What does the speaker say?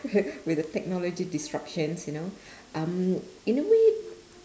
wi~ will the technology disruptions you know um in a way